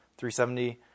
370